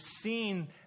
seen